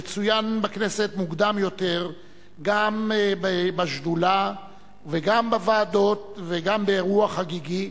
שצוין בכנסת מוקדם יותר גם בשדולה וגם בוועדות וגם באירוע חגיגי,